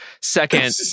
Second